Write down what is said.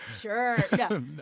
Sure